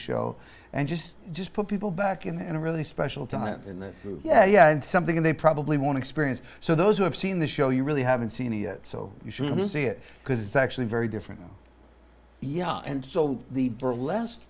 show and just just put people back in a really special time in the yeah and something they probably want to experience so those who have seen the show you really haven't seen it yet so you should see it because it's actually very different young and so the burlesque